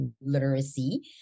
literacy